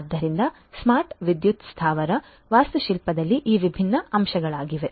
ಆದ್ದರಿಂದ ಸ್ಮಾರ್ಟ್ ವಿದ್ಯುತ್ ಸ್ಥಾವರ ವಾಸ್ತುಶಿಲ್ಪದಲ್ಲಿ ಈ ವಿಭಿನ್ನ ಅಂಶಗಳಾಗಿವೆ